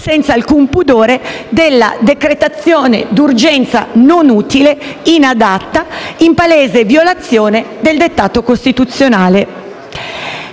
senza alcun pudore, della decretazione d'urgenza non utile, inadatta, in palese violazione del dettato costituzionale.